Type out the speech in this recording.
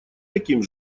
таким